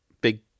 big